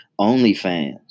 OnlyFans